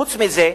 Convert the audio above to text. חוץ מזה,